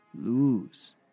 lose